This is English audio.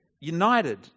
united